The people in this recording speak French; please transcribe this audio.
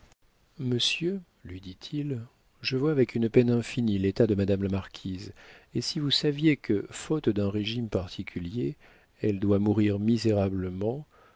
monsieur lui dit-il je vois avec une peine infinie l'état de madame la marquise et si vous saviez que faute d'un régime particulier elle doit mourir misérablement